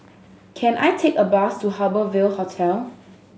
can I take a bus to Harbour Ville Hotel